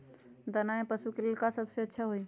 दाना में पशु के ले का सबसे अच्छा होई?